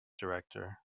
director